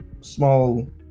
small